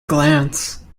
glance